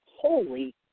Holy